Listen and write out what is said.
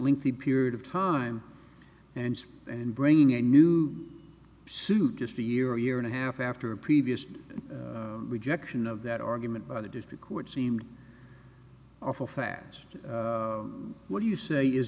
link the period of time and and bringing a new suit just a year or year and a half after a previous rejection of that argument by the district court seemed awful fast what do you say is